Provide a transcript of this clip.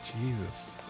Jesus